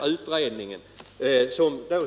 Den utredningen